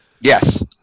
Yes